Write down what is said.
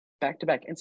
back-to-back